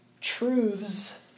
truths